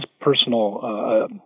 personal